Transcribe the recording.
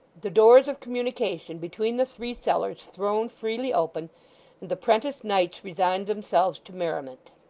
the doors of communication between the three cellars thrown freely open, and the prentice knights resigned themselves to merriment.